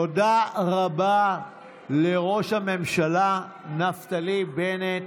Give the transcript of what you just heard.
תודה רבה לראש הממשלה נפתלי בנט.